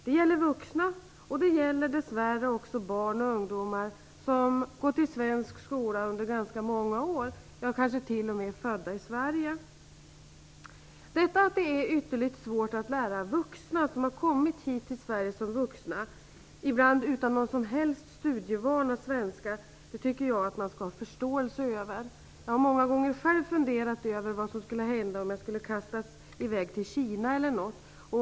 Detta gäller vuxna och dessvärre också barn och ungdomar som gått i svensk skola under ganska många år och kanske t.o.m. är födda i Att det är ytterligt svårt att lära ut svenska till dem som har kommit hit till Sverige som vuxna, ibland utan någon som helst studievana, tycker jag att man skall ha förståelse för. Jag har många gånger själv funderat över vad som skulle hända om jag skulle kastas i väg till Kina eller något annat land.